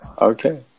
Okay